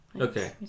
Okay